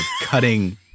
cutting